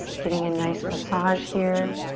getting a nice massage here.